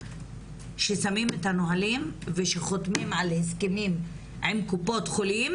ששמים את הנהלים ושחותמים על הסכמים עם קופות חולים,